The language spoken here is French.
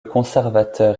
conservateur